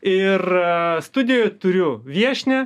ir studijoj turiu viešnią